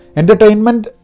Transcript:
entertainment